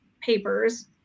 papers